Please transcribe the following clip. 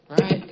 Right